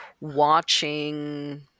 watching